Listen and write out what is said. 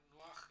מר נח מסיל,